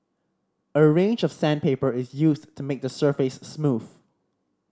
a range of sandpaper is used to make the surface smooth